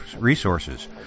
resources